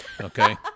Okay